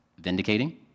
vindicating